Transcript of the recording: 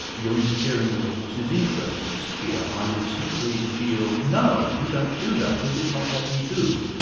you're interfering with the horse's interests here, i would simply feel, no, you don't do that this is not what we do.